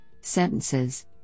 sentences